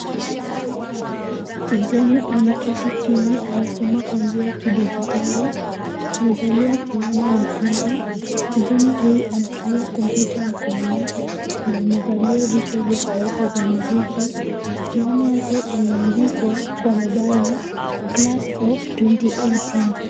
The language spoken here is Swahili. Kijana ameketi chini anasoma kwa njia ya kidijitali, amevalia fulana nyekundu. Kijana huyu anatumia kompyuta ya mkononi, na amevalia vichwa vya sauti za muziki. Fulana yake imeandikwa kwa mabano, 'class of 2018'.